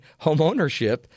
homeownership